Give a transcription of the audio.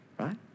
right